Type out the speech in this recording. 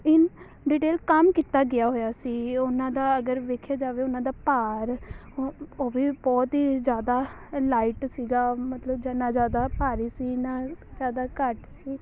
ਇਨ detail ਕੰਮ ਕੀਤਾ ਗਿਆ ਹੋਇਆ ਸੀ ਉਹਨਾਂ ਦਾ ਅਗਰ ਦੇਖਿਆ ਜਾਵੇ ਉਹਨਾਂ ਦਾ ਭਾਰ ਉਹ ਉਹ ਵੀ ਬਹੁਤ ਹੀ ਜ਼ਿਆਦਾ ਅਲਾਈਟ ਸੀਗਾ ਮਤਲਬ ਜ ਨਾ ਜ਼ਿਆਦਾ ਭਾਰੀ ਸੀ ਨਾ ਜ਼ਿਆਦਾ ਘੱਟ ਸੀ